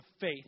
faith